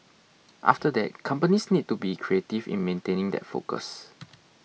after that companies need to be creative in maintaining that focus